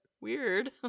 weird